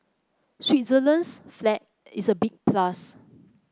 Switzerland's flag is a big plus